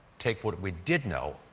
take what we did know,